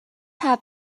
have